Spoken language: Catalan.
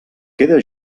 queda